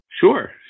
Sure